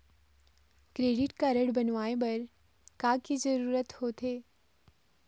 Credit card बनवाए बर का के जरूरत होते?